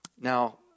Now